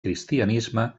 cristianisme